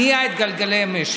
אני לא רוצה לחפש את המניעים,